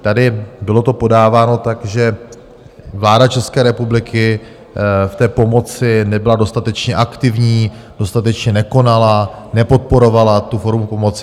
Tady to bylo podáváno tak, že vláda České republiky v pomoci nebyla dostatečně aktivní, dostatečně nekonala, nepodporovala tu formu pomoci.